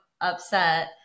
upset